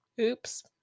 Oops